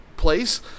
place